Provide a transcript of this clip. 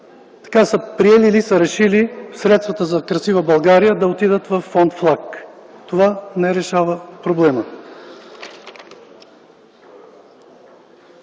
които са приели или решили средствата за „Красива България” да отидат във фонд „Флаг”. Това не решава проблема.